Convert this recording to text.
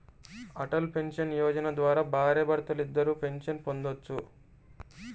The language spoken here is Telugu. అటల్ పెన్షన్ యోజన ద్వారా భార్యాభర్తలిద్దరూ పెన్షన్ పొందొచ్చు